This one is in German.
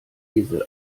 esel